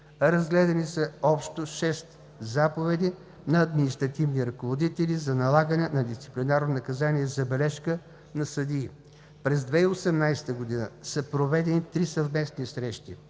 Разгледани са общо 6 заповеди на административни ръководители за налагане на дисциплинарно наказание „забележка“ на съдии. През 2018 г. са проведени три съвместни срещи